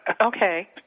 okay